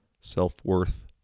self-worth